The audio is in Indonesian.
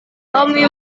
kami